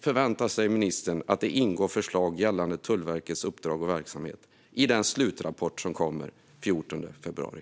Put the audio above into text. Förväntar sig ministern att det ingår förslag gällande Tullverkets uppdrag och verksamhet i den slutrapport som kommer den 14 februari?